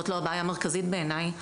זאת לא הבעיה המרכזית בעיני,